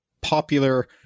popular